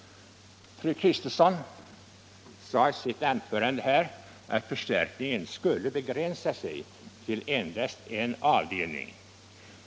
Fru Kristensson sade i sitt anförande att förstärkningen skulle begränsa sig till endast en avdelning.